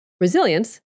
resilience